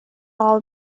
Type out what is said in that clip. all